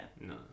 No